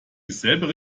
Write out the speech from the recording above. immer